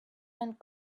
and